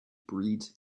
breeds